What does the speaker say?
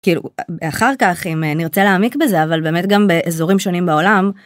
אחר כך אם נרצה להעמיק בזה אבל באמת גם באזורים שונים בעולם.